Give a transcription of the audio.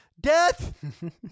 death